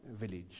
village